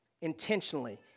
intentionally